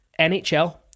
NHL